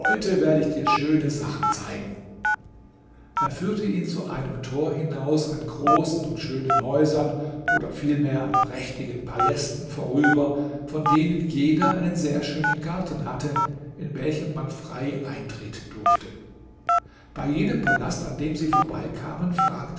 werde ich dir schöne sachen zeigen er führte ihn zu einem tor hinaus an großen und schönen häusern oder vielmehr an prächtigen palästen vorüber von denen jeder einen sehr schönen garten hatte in welchen man frei eintreten durfte bei jedem palast an dem sie vorbeikamen fragte